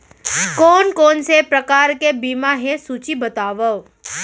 कोन कोन से प्रकार के बीमा हे सूची बतावव?